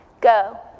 Go